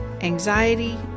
anxiety